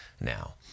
now